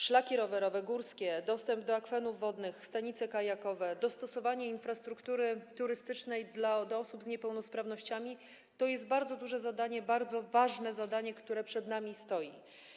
Szlaki rowerowe górskie, dostęp do akwenów wodnych, stanice kajakowe, dostosowanie infrastruktury turystycznej do osób z niepełnosprawnościami - to jest bardzo duże, bardzo ważne zadanie, które przez nami stoi.